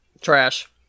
Trash